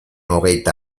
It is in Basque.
hogeita